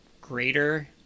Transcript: greater